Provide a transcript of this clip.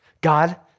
God